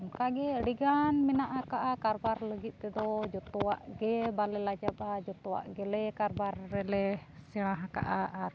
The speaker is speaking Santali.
ᱚᱱᱠᱟᱜᱮ ᱜᱮ ᱟᱹᱰᱤ ᱜᱟᱱ ᱢᱮᱱᱟᱜ ᱟᱠᱟᱜᱼᱟ ᱠᱟᱨᱵᱟᱨ ᱞᱟᱹᱜᱤᱫ ᱛᱮᱫᱚ ᱡᱚᱛᱚᱣᱟᱜ ᱜᱮ ᱵᱟᱞᱮ ᱞᱟᱡᱟᱜᱼᱟ ᱡᱚᱛᱚᱣᱟᱜ ᱜᱮᱞᱮ ᱠᱟᱨᱵᱟᱨ ᱨᱮᱞᱮ ᱥᱮᱬᱟ ᱟᱠᱟᱜᱼᱟ ᱟᱨ